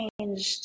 changed